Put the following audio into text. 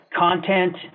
content